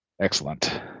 Excellent